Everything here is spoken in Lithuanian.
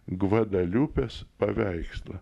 gvadaliupės paveikslą